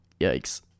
Yikes